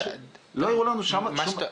לא הראו לנו שום דבר.